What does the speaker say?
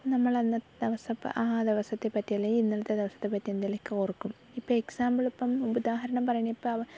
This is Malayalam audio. അപ്പോൾ നമ്മൾ അന്നത്തെ ദിവസം ആ ദിവസത്തെപ്പറ്റി അല്ലെങ്കിൽ ഇന്നലത്തെ ദിവസത്തെപ്പറ്റി എന്തേലൊക്കെ ഓർക്കും ഇപ്പോൾ എക്സാമ്പിൾ ഇപ്പം ഉദാഹരണം പറഞ്ഞപ്പം